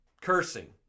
cursing